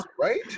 Right